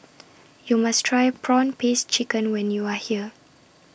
YOU must Try Prawn Paste Chicken when YOU Are here